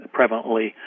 prevalently